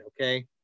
Okay